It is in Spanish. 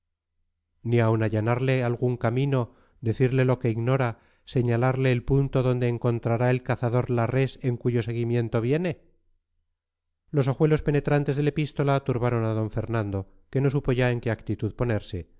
ni aun allanarle algún camino decirle lo que ignora señalarle el punto donde encontrará el cazador la res en cuyo seguimiento viene los ojuelos penetrantes del epístola turbaron a d fernando que no supo ya en qué actitud ponerse